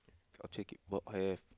okay work have